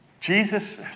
Jesus